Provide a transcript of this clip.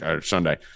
Sunday